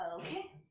Okay